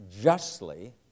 justly